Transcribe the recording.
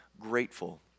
grateful